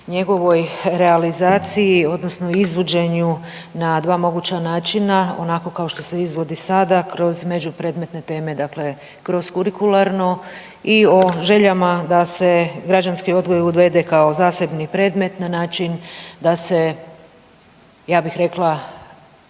njegovoj realizaciji odnosno izvođenju na dva moguća načina onako kao što se izvodi sada kroz međupredmetne teme, dakle kroz kurikuralnu i o željama da se građanski odgoj uvede kao zasebni predmet na način da se ja bih rekla